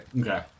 Okay